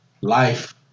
life